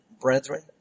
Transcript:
brethren